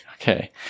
Okay